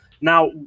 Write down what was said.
Now